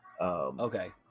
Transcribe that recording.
Okay